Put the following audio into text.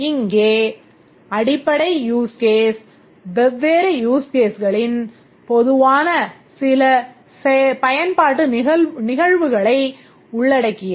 இங்கே அடிப்படை use case வெவ்வேறு use caseகளில் பொதுவான சில பயன்பாட்டு நிகழ்வுகளை உள்ளடக்கியது